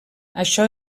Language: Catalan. això